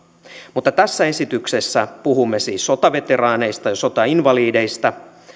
mutta tässä esityksessä puhumme siis sotaveteraaneista ja sotainvalideista